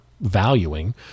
valuing